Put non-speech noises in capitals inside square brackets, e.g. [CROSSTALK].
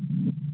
[UNINTELLIGIBLE]